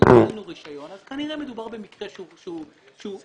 ושללנו רישיון, אז כנראה מדובר במקרה שהוא חמור.